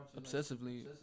obsessively